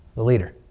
the leader